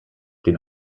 den